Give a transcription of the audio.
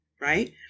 right